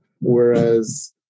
Whereas